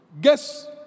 Guess